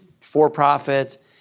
for-profit